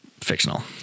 fictional